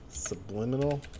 Subliminal